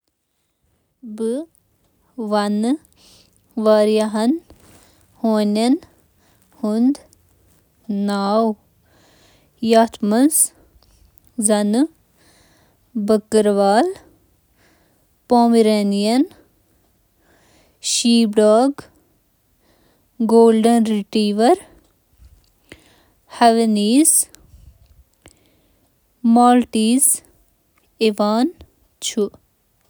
ہونٮ۪ن ہٕنٛدۍ چھِ کینٛہہ قٕسٕم: بکھروال ہونۍ، Gaddi, shih tzu, Pomeranian, chow chow تہٕ باقی۔